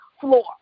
floor